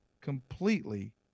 completely